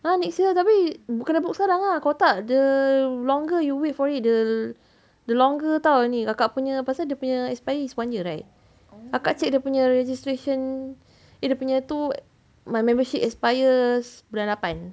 ha next year tapi kena book sekarang ah kalau tak the longer you wait for it the the longer [tau] ni kakak punya pasal dia punya expire is one year right kakak check dia punya registration eh dia punya tu my membership expires bulan lapan